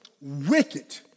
wicked